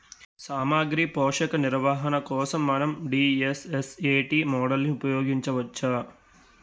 సామాగ్రి పోషక నిర్వహణ కోసం మనం డి.ఎస్.ఎస్.ఎ.టీ మోడల్ని ఉపయోగించవచ్చా?